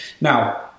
Now